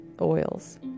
oils